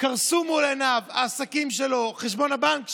קרסו מול עיניו, העסקים שלו, חשבון הבנק שלו,